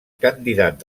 candidat